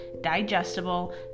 digestible